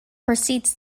proceeds